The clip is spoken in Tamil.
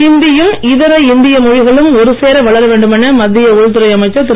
ஹிந்தியும் இதர இந்திய மொழிகளும் ஒருசேர வளர வேண்டும் என மத்திய உள்துறை அமைச்சர் திரு